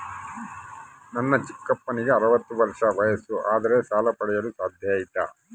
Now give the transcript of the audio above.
ನನ್ನ ಚಿಕ್ಕಪ್ಪನಿಗೆ ಅರವತ್ತು ವರ್ಷ ವಯಸ್ಸು ಆದರೆ ಸಾಲ ಪಡೆಯಲು ಸಾಧ್ಯ ಐತಾ?